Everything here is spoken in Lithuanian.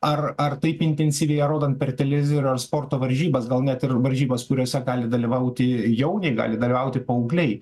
ar ar taip intensyviai ją rodant per televizorių ar sporto varžybas gal net ir varžybas kuriose gali dalyvauti jauniai gali dalyvauti paaugliai